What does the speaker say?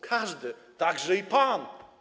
Każdy, także pan.